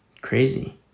crazy